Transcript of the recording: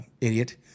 idiot